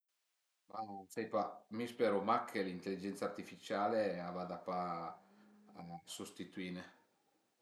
Sai pa, mi speru mach chë l'intelligenza artificiale a vada pa a sustituine